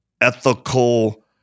ethical